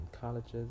colleges